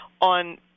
on